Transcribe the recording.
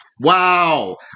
Wow